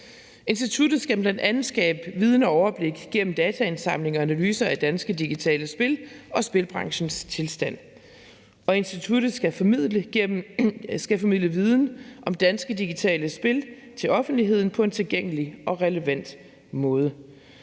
Instituttet skal bl.a. skabe viden og overblik gennem dataindsamling og analyser af danske digitale spil og spilbranchens tilstand, og instituttet skal formidle viden om danske digitale spil til offentligheden på en tilgængelig og relevant måde.